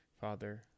father